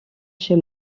chez